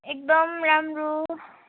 एकदम राम्रो